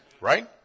right